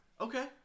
Okay